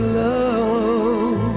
love